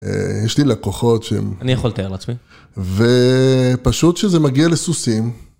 יש לי לקוחות שהם... אני יכול לתאר לעצמי. ופשוט שזה מגיע לסוסים.